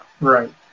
Right